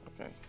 Okay